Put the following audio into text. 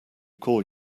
call